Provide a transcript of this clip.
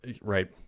right